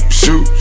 shoot